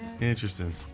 Interesting